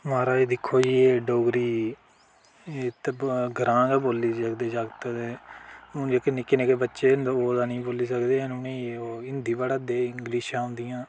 महाराज दिक्खो जी एह् डोगरी ते ग्रांऽ गै बोली सकदे जागत ते हून जेह्के निक्के निक्के बच्चे न ओह् ते ना बोली सकदे हैन उ'नेंगी ओह् हिंदी पढ़ै दे इंग्लिश औंदी